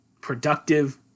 productive